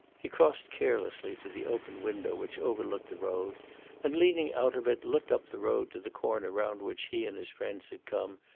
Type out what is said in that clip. he crossed carelessly to the open window which overlooked the road and, leaning out of it, looked up the road to the corner round which he and his friends had come,